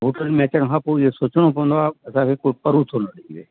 hotel में अचण खां पोइ इहो सोचिणो पवंदो आहे अगरि हिकु परूथो न निकिरे